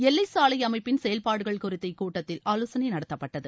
எல்லை சாலை அமைப்பின் செயல்பாடுகள் குறித்து இக்கூட்டத்தில் ஆவோசனை நடத்தப்பட்டது